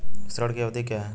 ऋण की अवधि क्या है?